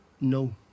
No